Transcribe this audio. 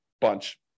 bunch